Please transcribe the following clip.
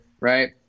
right